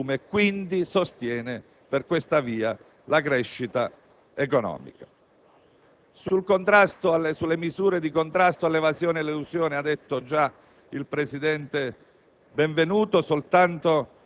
(quantomeno per beni di consumo) e quindi sostiene, per questa via, la crescita economica. Sulle misure di contrasto all'evasione e all'elusione ha già parlato il presidente